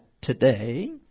today